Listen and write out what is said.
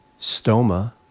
stoma